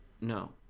No